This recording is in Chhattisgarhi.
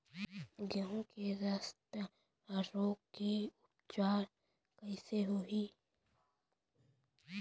गेहूँ के रस्ट रोग के उपचार कइसे होही?